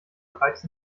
bereits